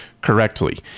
correctly